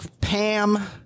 Pam